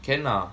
can lah